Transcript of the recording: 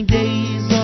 days